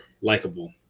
likable